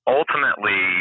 ultimately